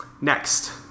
Next